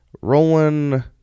Roland